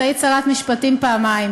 היית שרת משפטים פעמיים,